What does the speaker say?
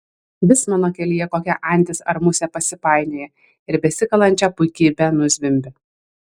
vis mano kelyje kokia antis ar musė pasipainioja ir besikalančią puikybę nuzvimbia